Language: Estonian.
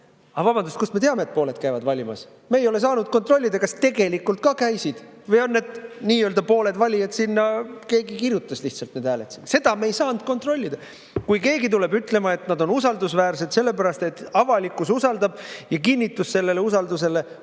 Aga vabandust, kust me teame, et pooled käivad valimas? Me ei ole saanud kontrollida, kas tegelikult ka käisid või need nii-öelda pooled valijad sinna keegi lihtsalt kirjutas, lihtsalt kirjutas need hääled sinna. Seda me ei ole saanud kontrollida. Kui keegi tuleb ütlema, et [e‑valimised] on usaldusväärsed sellepärast, et avalikkus usaldab, ja kinnitus sellele usaldusele